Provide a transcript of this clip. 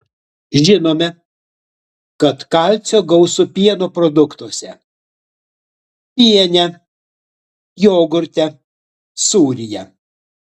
žinome kad kalcio gausu pieno produktuose piene jogurte sūryje